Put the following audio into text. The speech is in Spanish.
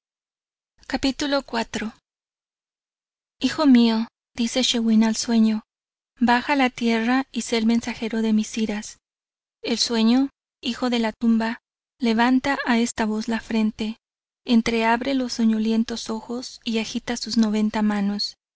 arrebata hijo mío dice schiwen al sueño baja a la tierra y sé el mensajero de mis iras el sueño hijo de la tumba levanta a esta voz la frente entreabre los soñolientos ojos y agita sus noventa manos